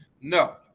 No